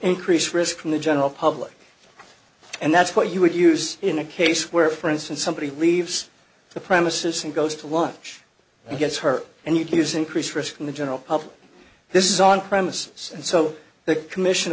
increase risk from the general public and that's what you would use in a case where for instance somebody leaves the premises and goes to lunch and gets hurt and you can use increase risk in the general public this is on premises and so the commission